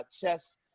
Chess